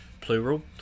plural